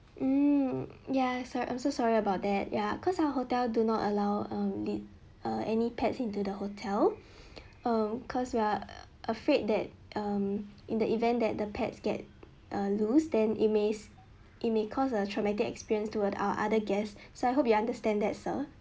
mm ya sor~ I'm so sorry about that ya cause our hotel do not allow um li~ uh any pets into the hotel um cause we are afraid that um in the event that the pets get uh loose then it may it may cause a traumatic experience toward our other guests so I hope you understand that sir